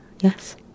Yes